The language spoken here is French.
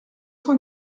cent